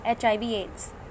HIV-AIDS